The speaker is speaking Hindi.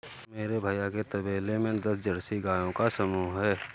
मेरे भैया के तबेले में दस जर्सी गायों का समूह हैं